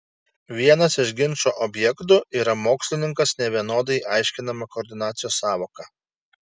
vienas iš ginčo objektų yra mokslininkas nevienodai aiškinama koordinacijos sąvoka